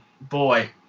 boy